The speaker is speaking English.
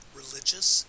religious